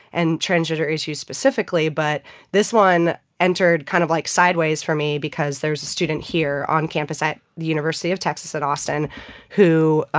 and transgender issues specifically. but this one entered kind of, like, sideways for me because there was a student here on campus at the university of texas at austin who,